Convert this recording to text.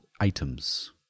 items